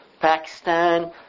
Pakistan